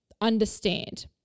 understand